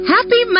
Happy